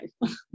life